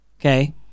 Okay